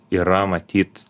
yra matyt